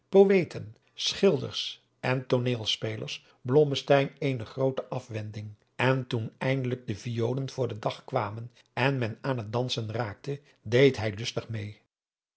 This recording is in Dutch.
poëten schilders en tooneelspelers blommesteyn eene groote aswending en toen eindelijk de violen voor den dag kwamen en men aan het dansen raakte deed hij lustig meê